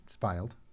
filed